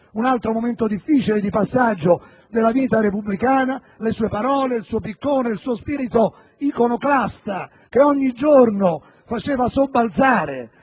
un altro difficile momento di passaggio della vita repubblicana, con le sue parole, il suo "piccone", il suo spirito iconoclasta, che ogni giorno faceva sobbalzare